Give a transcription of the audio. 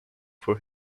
for